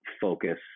focus